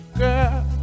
girl